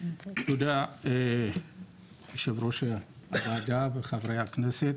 תודה, יושב ראש הוועדה וחברי הכנסת.